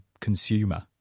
consumer